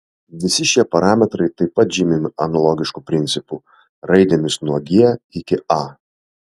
visi šie parametrai taip pat žymimi analogišku principu raidėmis nuo g iki a